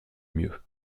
mieux